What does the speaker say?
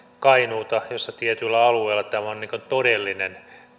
kainuuta missä tietyllä alueella tämä on todellinen